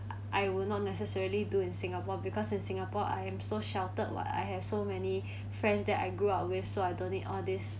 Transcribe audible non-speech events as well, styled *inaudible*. I will not necessarily do in singapore because in singapore I am so sheltered what I have so many *breath* friends that I grew up with so I don't need all this